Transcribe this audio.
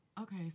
Okay